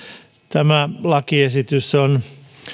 tämä lakiesitys on